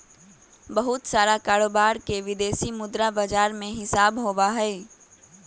बहुत सारा कारोबार के विदेशी मुद्रा बाजार में हिसाब होबा हई